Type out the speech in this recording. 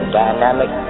dynamic